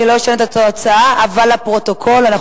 אני לא אשנה את התוצאה אבל לפרוטוקול אנחנו